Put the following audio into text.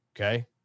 Okay